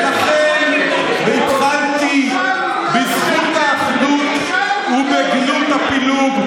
ולכן התחלתי בזכות האחדות ובגנות הפילוג.